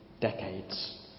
decades